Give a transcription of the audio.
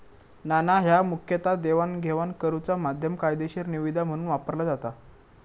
नाणा ह्या मुखतः देवाणघेवाण करुचा माध्यम, कायदेशीर निविदा म्हणून वापरला जाता